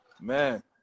Man